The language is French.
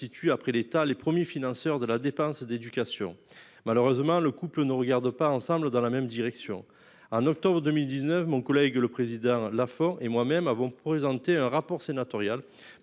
Après l'état les premiers financeurs de la dépense d'éducation. Malheureusement, le couple ne regarde pas ensemble dans la même direction en octobre 2019, mon collègue, le président l'a fort et moi-même avons présenté un rapport sénatorial